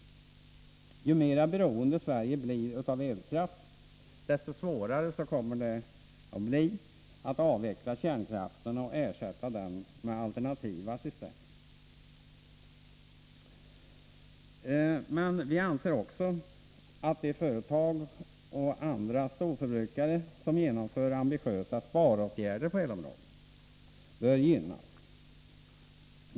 Ju mera beroende Sverige blir av elkraft, desto svårare kommer det att bli att avveckla kärnkraften och ersätta den med alternativa system. Vi anser vidare att de företag och andra storförbrukare som genomför ambitiösa sparåtgärder på elområdet bör gynnas.